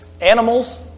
animals